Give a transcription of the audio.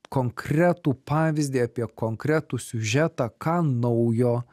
konkretų pavyzdį apie konkretų siužetą ką naujo